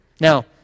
Now